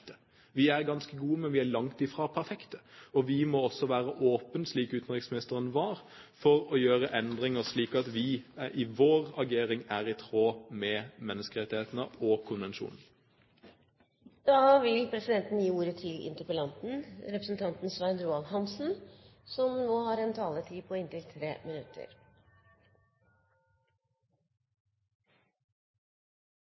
Vi er ikke perfekte. Vi er ganske gode, men vi er langt fra perfekte. Vi må også være åpne, slik utenriksministeren var, for å gjøre endringer, slik at vi i vår agering er i tråd med menneskerettighetene og konvensjonen. Jeg takker for engasjementet i debatten. Det er riktig, som Peter Skovholt Gitmark peker på,